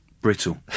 Brittle